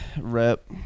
rep